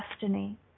destiny